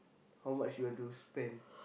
how much you want to spend